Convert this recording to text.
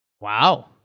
Wow